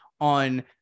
on